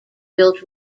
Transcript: built